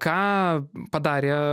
ką padarė